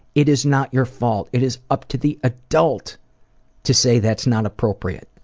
it is not your fault. it is up to the adult to say that's not appropriate.